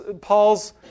Paul's